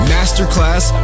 Masterclass